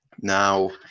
Now